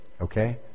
okay